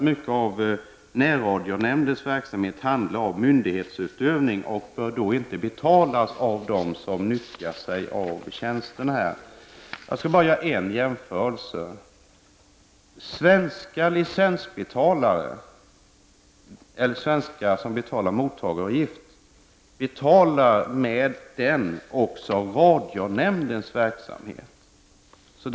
Mycket av närradionämndens verksamhet handlar om myndighetsutövning och bör därför inte betalas av dem som utnyttjar tjänsterna. Jag skall göra en jämförelse. Svenskar som betalar mottagaravgift betalar därigenom även för radionämndens verksamhet.